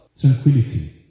tranquility